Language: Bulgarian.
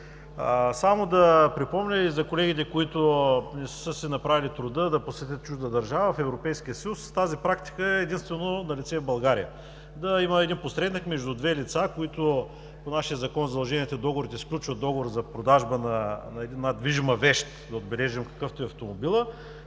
Само да припомня и за колегите, които не са си направили труда да посетят чужда държава в Европейския съюз – тази практика е единствено да не си в България. Да има един посредник между две лица, които по нашия Закон за задълженията и договорите сключват договор за продажба на една движима вещ, да отбележим какъв е автомобилът,